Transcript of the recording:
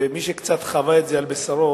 ומי שקצת חווה את זה על בשרו,